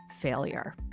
failure